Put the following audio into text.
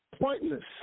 pointless